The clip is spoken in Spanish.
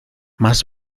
más